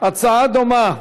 הצעה דומה,